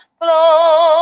flow